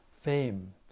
fame